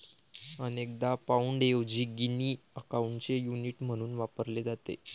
अनेकदा पाउंडऐवजी गिनी अकाउंटचे युनिट म्हणून वापरले जाते